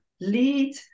lead